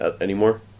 anymore